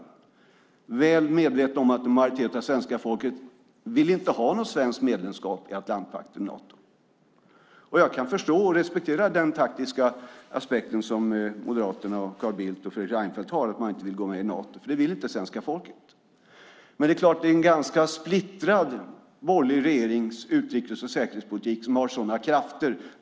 De är väl medvetna om att en majoritet av svenska folket inte vill ha något svenskt medlemskap i Atlantpakten Nato. Jag kan förstå och respektera den taktiska aspekt Moderaterna, Carl Bildt och Fredrik Reinfeldt har: Man vill inte gå med i Nato, för det vill inte svenska folket. Men det är klart att det är en ganska splittrad borgerlig regerings utrikes och säkerhetspolitik som har sådana krafter.